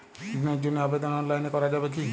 ঋণের জন্য আবেদন অনলাইনে করা যাবে কি?